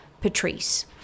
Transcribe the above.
Patrice